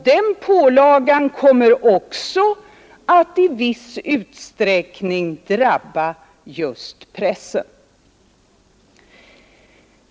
Den pålagan kommer också att i viss utsträckning drabba just pressen.